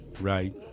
right